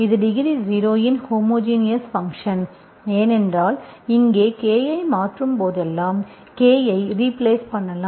இது டிகிரி 0 இன் homogeneous function ஏனென்றால் இங்கே K ஐ மாற்றும் போதெல்லாம் K ஐ ரிப்ளேஸ் பண்ணலாம்